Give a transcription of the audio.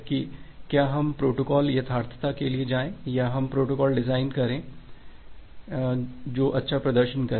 कि क्या हम प्रोटोकॉल यथार्थता के लिए जाएँ या हम एक प्रोटोकॉल डिजाइन करें जो अच्छा प्रदर्शन करे